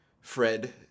Fred